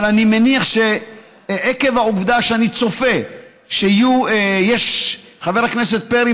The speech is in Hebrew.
אבל אני מניח שעקב העובדה שאני צופה שיהיו, חבר הכנסת פרי,